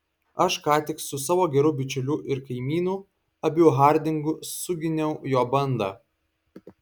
aš ką tik su savo geru bičiuliu ir kaimynu abiu hardingu suginiau jo bandą